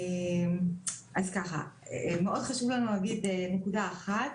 מאוד חשוב לנו להגיד נקודה אחת: